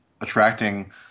attracting